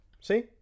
See